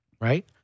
right